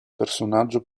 personaggio